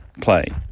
play